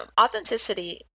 authenticity